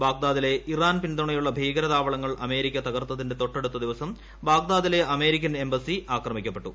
ബാഗ്ദാദിലെ Iran പിന്തുണയുള്ള ഭീകരതാവളങ്ങൾ America തകർത്തതിന്റെ തൊട്ടടുത്ത ദിവസം ബാഗ്ദാദിലെ അമേരിക്കൻ എംബസി ആക്രമിക്കപ്പെട്ടു